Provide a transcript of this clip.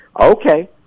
okay